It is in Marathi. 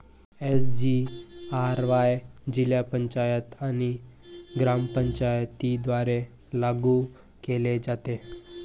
एस.जी.आर.वाय जिल्हा पंचायत आणि ग्रामपंचायतींद्वारे लागू केले जाते